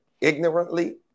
Ignorantly